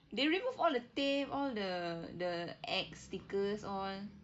they remove all the tape all the the X stickers all